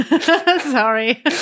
Sorry